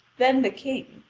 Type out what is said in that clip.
then the king,